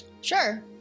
Sure